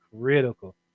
critical